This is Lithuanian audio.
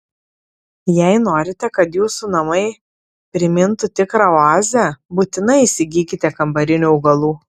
jei norite kad jūsų namai primintų tikrą oazę būtinai įsigykite kambarinių augalų